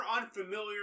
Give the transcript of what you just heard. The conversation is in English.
unfamiliar